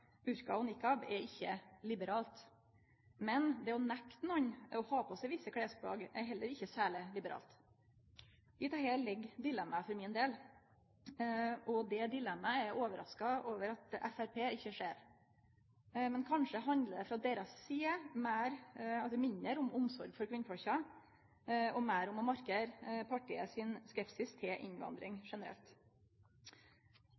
burka og niqab, er ikkje liberalt. Men det å nekte nokon å ha på visse klesplagg, er heller ikkje særleg liberalt. I dette ligg dilemmaet for min del. Det dilemmaet er eg overraska over at Framstegspartiet ikkje ser. Kanskje handlar det frå deira side mindre om omsorg for kvinnfolka og meir om å markere partiet sin skepsis til innvandring